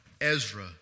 Ezra